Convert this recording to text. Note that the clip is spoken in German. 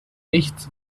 nichts